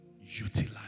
utilize